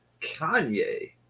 Kanye